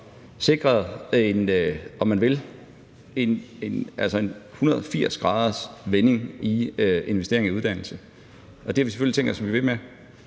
vil, en 180 graders vending i investeringerne i uddannelse, og det har vi selvfølgelig tænkt os at blive ved med.